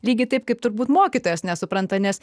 lygiai taip kaip turbūt mokytojas nesupranta nes